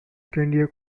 schneider